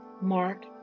Mark